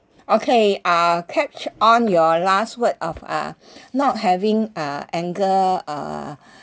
okay uh catch on your last word of uh not having uh anger uh